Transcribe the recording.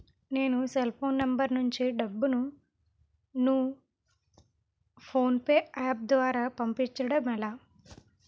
నేను cell phone number నుంచి డబ్బును ను ఫోన్పే అప్ ద్వారా పంపించడం ఎలా?